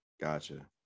Gotcha